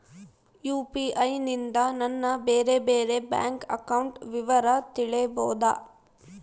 UPI ನಿಂದ ನನ್ನ ಬೇರೆ ಬೇರೆ ಬ್ಯಾಂಕ್ ಅಕೌಂಟ್ ವಿವರ ತಿಳೇಬೋದ?